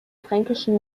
fränkischen